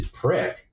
prick